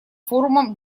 форумом